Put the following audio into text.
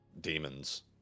demons